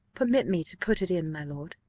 permit me to put it in, my lord,